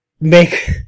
make